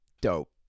dope